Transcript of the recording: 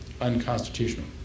unconstitutional